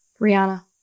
Rihanna